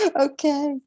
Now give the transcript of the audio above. okay